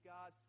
God